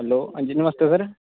hello अंजी नमस्ते sir